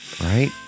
Right